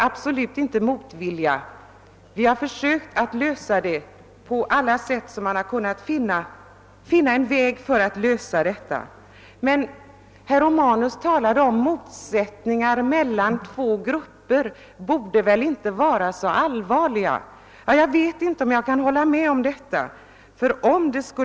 Vi har försökt att lösa det på alla sätt som vi har kunnat finna. Herr Romanus talar om motsättningar mellan två grupper och menade att de väl inte var så allvarliga. Jag vet inte om jag kan hålla med herr Romanus.